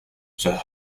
the